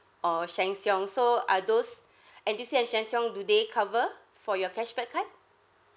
or Sheng Siong so are those N_T_U_C and Sheng Siong do they cover for your cashback card